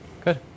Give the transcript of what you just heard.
Good